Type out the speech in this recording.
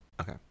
Okay